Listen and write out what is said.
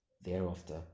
thereafter